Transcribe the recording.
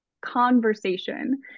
conversation